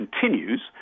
continues